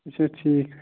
اَچھا ٹھیٖک